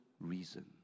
reason